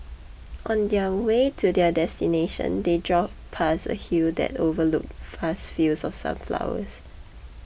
on their way to their destination they drove past a hill that overlooked vast fields of sunflowers